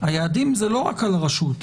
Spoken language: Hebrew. לא רק על הרשות.